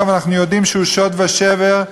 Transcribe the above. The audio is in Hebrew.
ואנחנו יודעים שהוא שוד ושבר,